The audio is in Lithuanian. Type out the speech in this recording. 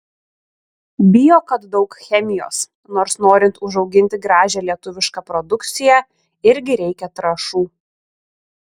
bijo kad daug chemijos nors norint užauginti gražią lietuvišką produkciją irgi reikia trąšų